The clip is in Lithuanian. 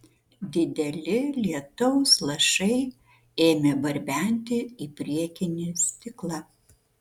dideli lietaus lašai ėmė barbenti į priekinį stiklą